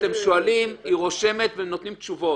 אתם שואלים, היא רושמת ונותנים תשובות,